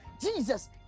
Jesus